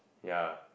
ya